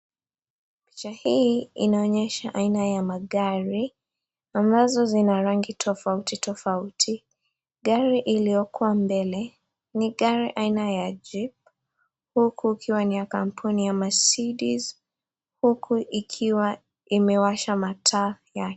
Picha hii inaonyesha haina za magari ambazo inarangi tofauti tofauti, gari iliokuwa mbele ni gari haina ya G huku ikiwa ni ya kampuni ya maceece huku ikiwa imewasha mataa yake.